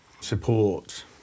support